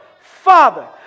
Father